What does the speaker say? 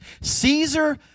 Caesar